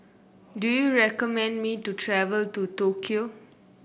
do you recommend me to travel to Tokyo